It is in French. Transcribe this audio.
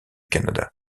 canada